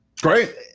great